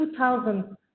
2,000